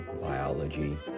biology